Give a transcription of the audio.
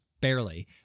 barely